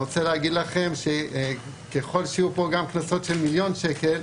רוצה להגיד לכם שככול שיהיו פה גם קנסות של מיליון שקל,